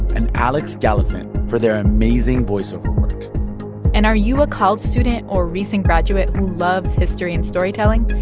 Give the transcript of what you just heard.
and alex gallafent for their amazing voiceover work and are you a college student or recent graduate who loves history and storytelling?